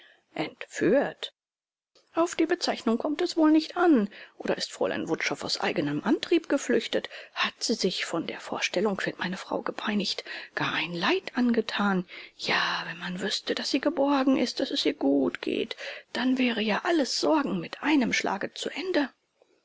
entführt auf die bezeichnung kommt es wohl nicht an oder ist fräulein wutschow aus eigenem antrieb geflüchtet hat sie sich von der vorstellung wird meine frau gepeinigt gar ein leid angetan ja wenn man wüßte daß sie geborgen ist daß es ihr gut geht dann wäre ja alles sorgen mit einem schlage zu ende